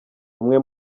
umwe